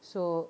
so